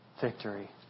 victory